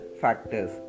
factors